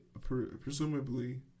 presumably